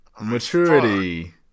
Maturity